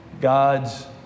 God's